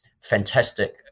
fantastic